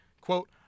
quote